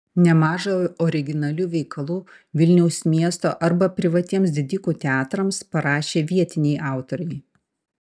nemaža originalių veikalų vilniaus miesto arba privatiems didikų teatrams parašė vietiniai autoriai